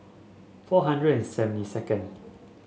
four hundred and seventy second